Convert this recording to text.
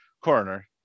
Coroner